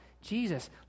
Jesus